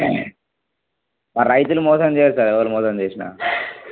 మా రైతులు మోసం చెయ్యరు సార్ ఎవరు మోసం చేసినా